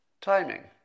Timing